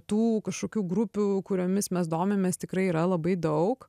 tų kažkokių grupių kuriomis mes domimės tikrai yra labai daug